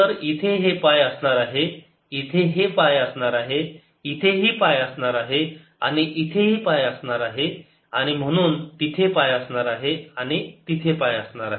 तर इथे हे पाय असणार आहे इथे हे पाय असणार आहे इथेही पाय असणार आहे आणि इथेही पाय असणार आहेत आणि म्हणून तिथे पाय असणार आहे आणि तिथे पाय असणार आहे